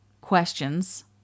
questions